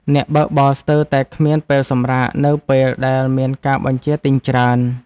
អ្នកបើកបរស្ទើរតែគ្មានពេលសម្រាក នៅពេលដែលមានការបញ្ជាទិញច្រើន។